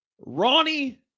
Ronnie